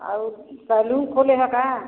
और सैलून खोले हैं क्या